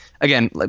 again